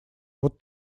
вот